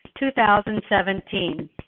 2017